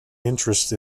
interest